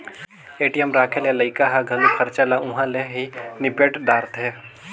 ATM राखे ले लइका ह घलो खरचा ल उंहा ले ही निपेट दारथें